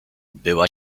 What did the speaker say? była